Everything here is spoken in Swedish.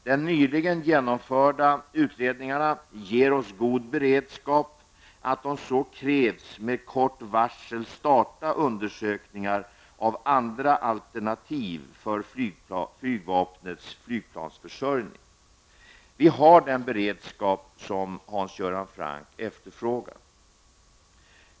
De nyligen genomförda utredningarna ger oss god beredskap att, om så krävs, med kort varsel starta undersökningar av andra alternativ för flygvapnets flygplansförsörjning. Vi har den beredskap som Hans Göran Franck efterfrågar.